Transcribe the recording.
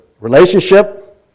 Relationship